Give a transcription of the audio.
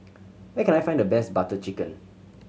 where can I find the best Butter Chicken